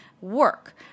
work